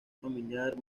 familiar